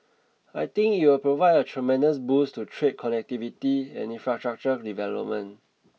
I think it will provide a tremendous boost to trade connectivity and infrastructure development